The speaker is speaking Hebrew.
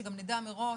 שגם נדע מראש,